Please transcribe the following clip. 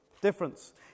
Difference